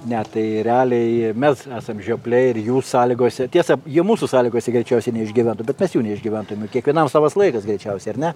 ne tai realiai mes esam žiopliai ir jų sąlygose tiesa jie mūsų sąlygose greičiausiai neišgyventų bet mes jų neišgyventume kiekvienam savas laikas greičiausiai ar ne